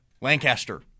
Lancaster